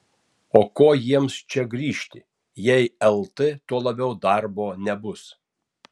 o ko jiems čia grįžti jei lt tuo labiau darbo nebus